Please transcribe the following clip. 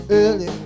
early